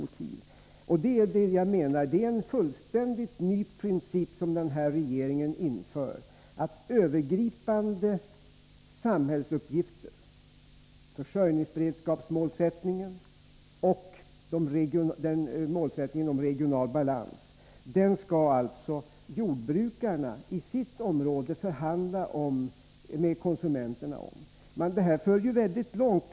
Enligt min mening inför därmed den här regeringen en fullständigt ny princip. Övergripande samhällsuppgifter — försörjningsberedskapsmålet och målet regional balans — skall alltså jordbrukarna i sitt område förhandla med konsumenterna om. Men det här för ju mycket långt.